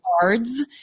cards